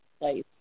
place